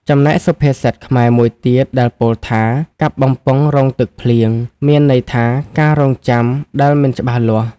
ចំណែកសុភាសិតខ្មែរមួយទៀតដែលពោលថា" កាប់បំពង់រង់ទឹកភ្លៀង"មានន័យថាការរង់ចាំដែលមិនច្បាស់លាស់ ។